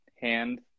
hand